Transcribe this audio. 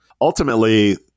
Ultimately